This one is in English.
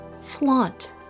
Flaunt